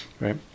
right